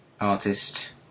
artist